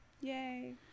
Yay